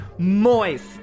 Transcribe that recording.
moist